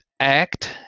Act